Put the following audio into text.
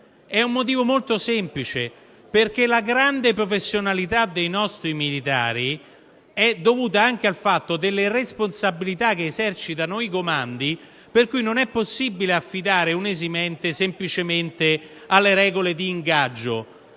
è legato al fatto che la grande professionalità dei nostri militari è dovuta anche alle responsabilità che esercitano i comandi. Pertanto, non è possibile affidare un'esimente semplicemente alle regole di ingaggio.